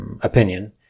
opinion